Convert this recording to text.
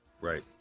Right